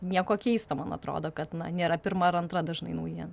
nieko keisto man atrodo kad na nėra pirma ar antra dažnai naujiena